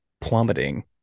plummeting